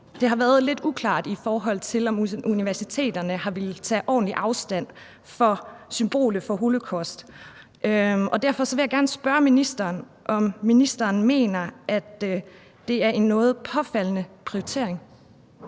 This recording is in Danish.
det været lidt uklart, om universiteterne har villet tage ordentlig afstand fra symbolet for holocaust, og derfor vil jeg gerne spørge ministeren, om ministeren mener, at det er en noget påfaldende prioritering.